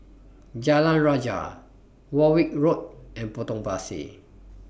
Jalan Rajah Warwick Road and Potong Pasir